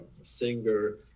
singer